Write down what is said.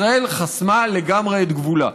ישראל חסמה לגמרי את גבולה.